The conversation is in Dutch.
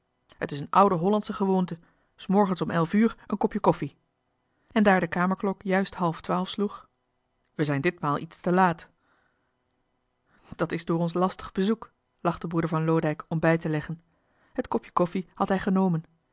het is een oude hollandsche gewoonte s morgens om elf uur een kopje koffie en daar de kamerklok juist half twaalf sloeg wij zijn ditmaal iets te laat dat is door ons lastig bezoek lachte broeder van loodijck om bij te leggen het kopje koffie had hij genomen